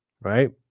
Right